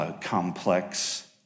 complex